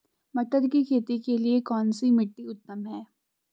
मटर की खेती के लिए कौन सी मिट्टी उत्तम है?